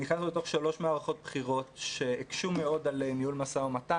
נכנסנו לתוך שלוש מערכות בחירות שהקשו מאוד על ניהול משא-ומתן,